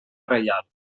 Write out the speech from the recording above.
reial